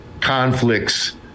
conflicts